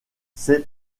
ses